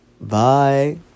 bye